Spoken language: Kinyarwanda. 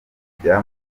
kujya